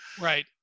Right